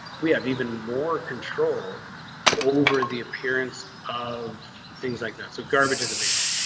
we have even more control over the appearance of things like that. so garbage is a big one.